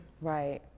Right